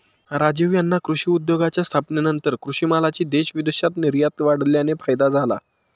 राजीव यांना कृषी उद्योगाच्या स्थापनेनंतर कृषी मालाची देश विदेशात निर्यात वाढल्याने फायदा झाला